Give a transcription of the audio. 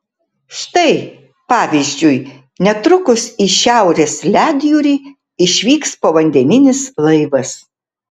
štai pavyzdžiui netrukus į šiaurės ledjūrį išvyks povandeninis laivas